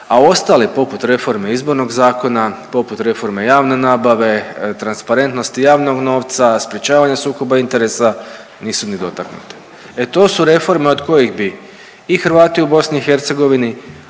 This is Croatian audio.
a ostali poput reforme Izbornog zakona, poput reforme javne nabave, transparentnosti javnog novca, sprječavanja sukoba interesa nisu ni dotaknute. E to su reforme od kojih bi i Hrvati u BiH,